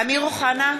(קוראת בשמות חברי הכנסת) אמיר אוחנה,